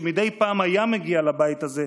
שמדי פעם היה מגיע לבית הזה,